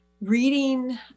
reading